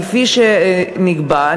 כפי שנקבע,